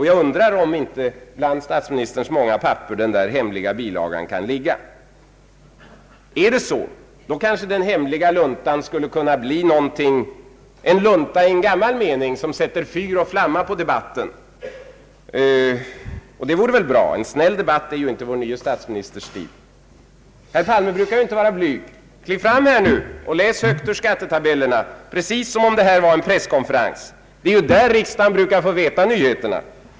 Jag undrar om den där hemliga bilagan kan ligga bland statsministerns många papper. Är det så skulle kanske den hemliga luntan kunna bli en lunta i gammal mening, som sätter fyr och flamma på debatten. Det vore väl bra! En snäll debatt är ju inte vår nye statsministers stil. Herr Palme brukar inte vara blyg. Kliv fram här nu och läs högt ur skattetabellerna, precis som om detta vore en presskonferens. Det är ju vid sådana som riksdagens ledamöter brukar få kännedom om nyheterna.